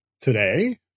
today